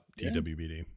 TWBD